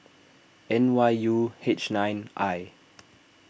N Y U H nine I